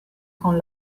con